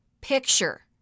picture